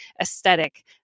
aesthetic